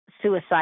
suicide